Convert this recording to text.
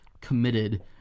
committed